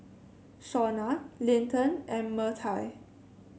Shauna Linton and Myrtie